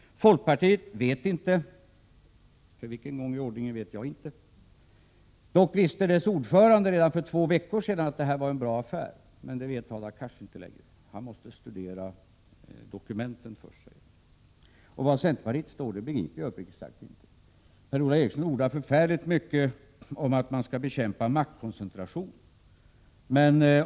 Folkpartiet vet inte — för vilken gång i ordningen vet jag inte. Dock visste folkpartiets ordförande redan för två veckor sedan att det här var en bra affär, men det vet inte Hadar Cars längre; han måste studera dokumenten först. Var centerpartiet står begriper jag uppriktigt sagt inte. Per-Ola Eriksson ordar förfärligt mycket om att man skall bekämpa maktkoncentration.